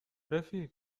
رفیق